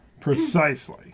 precisely